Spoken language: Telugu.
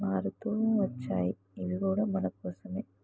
మారుతు వచ్చాయి ఇవి కూడా మనకోసం